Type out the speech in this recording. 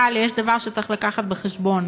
אבל יש דבר שצריך להביא בחשבון.